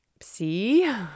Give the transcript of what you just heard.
see